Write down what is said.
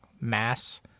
mass